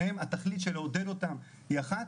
התכלית של לעודד אותם היא אחת,